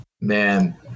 man